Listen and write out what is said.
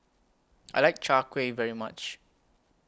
I like Chai Kueh very much